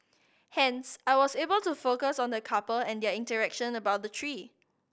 hence I was able to focus on the couple and their interaction about the tree